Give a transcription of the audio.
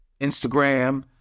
Instagram